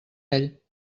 ell